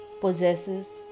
possesses